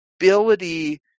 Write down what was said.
ability